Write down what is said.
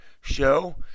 show